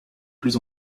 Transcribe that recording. plus